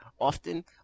often